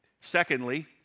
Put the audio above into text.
Secondly